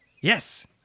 Yes